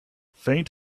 faint